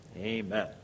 amen